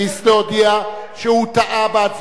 להודיע שהוא טעה בהצבעה,